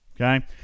Okay